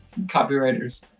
copywriters